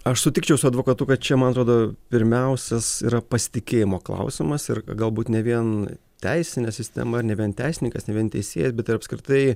aš sutikčiau su advokatu kad čia man atrodo pirmiausias yra pasitikėjimo klausimas ir galbūt ne vien teisinė sistema ne vien teisininkas ne vien teisėjas bet ir apskritai